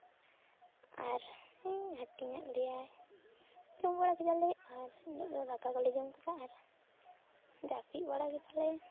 ᱟᱨ ᱦᱮᱸ ᱦᱟᱹᱴᱤᱧᱟᱫ ᱞᱮᱭᱟᱭ ᱡᱚᱢ ᱵᱟᱲᱟ ᱠᱮᱫᱟᱞᱮ ᱟᱨ ᱤᱱᱦᱤᱞᱳᱜ ᱫᱚ ᱫᱟᱠᱟ ᱠᱚᱞᱮ ᱡᱚᱢ ᱠᱮᱫᱟ ᱟᱨ ᱡᱟᱹᱯᱤᱫ ᱵᱟᱲᱟ ᱠᱮᱫᱟᱞᱮ